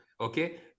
Okay